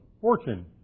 fortune